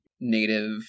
native